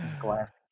Glass